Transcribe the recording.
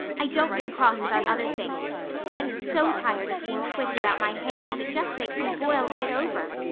i don't get cross about other things but i'm so tired of being twitted about my hair and it just makes me boil right over.